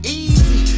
easy